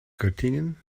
göttingen